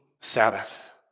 Sabbath